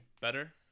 better